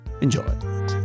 Enjoy